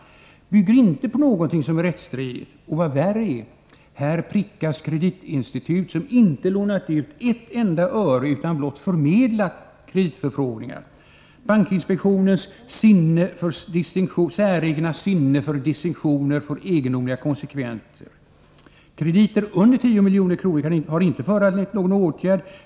Den bygger inte på någonting som är rättsstridigt, utan, vad värre är, här prickas kreditinstitut som inte lånat ut ett enda öre utan blott förmedlat kreditförfrågningar. Bankinspektionens säregna sinne för distinktioner får egendomliga konsekvenser. Krediter under 10 milj.kr. har inte föranlett någon åtgärd.